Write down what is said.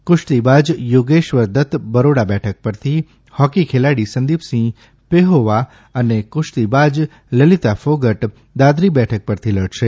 કુશ્તીબાજ યોગેશ્વર દત્ત બરોડા બેઠક પરથી હોકી ખેલાડી સંદીપ સિંહ પેહોવા અને કુશ્તીબાજ લલીતા ફોગટ દાદરી બેઠક પરથી લડશે